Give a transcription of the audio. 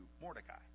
Mordecai